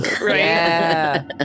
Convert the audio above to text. right